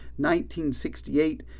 1968